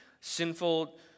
sinful